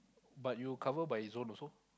but you cover by it's own also